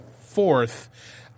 fourth